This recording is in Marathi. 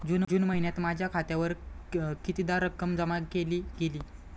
जून महिन्यात माझ्या खात्यावर कितीदा रक्कम जमा केली गेली?